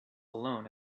alone